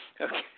Okay